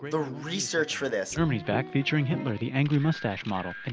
the research for this. germany's back, featuring hitler, the angry moustache model, and